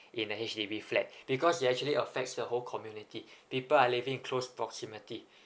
in a H_D_B flat because it actually affects the whole community people are living close proximately